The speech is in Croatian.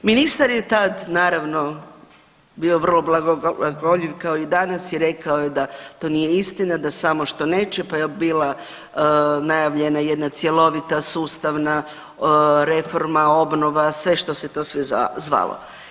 Ministar je tad naravno bio vrlo blagogoljiv kao i danas i rekao je da to nije istina, da samo što neće, pa je bila najavljena jedna cjelovita sustavna reforma obnova, sve što se to sve zvalo.